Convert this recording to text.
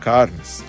Carnes